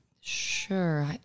sure